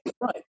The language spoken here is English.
right